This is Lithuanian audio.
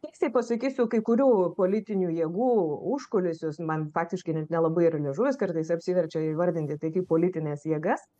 tiesiai pasakysiu kai kurių politinių jėgų užkulisius man faktiškai net nelabai ir liežuvis kartais apsiverčia įvardinti tai kaip politines jėgas